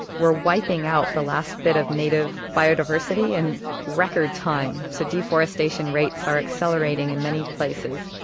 we're wiping out the last bit of native biodiversity in record time. so, deforestation rates are accelerating in many places,